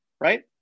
right